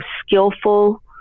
skillful